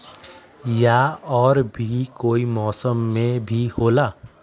या और भी कोई मौसम मे भी होला?